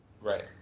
Right